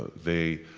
they